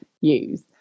use